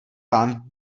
vám